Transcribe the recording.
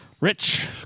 Rich